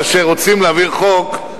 כאשר רוצים להעביר חוק,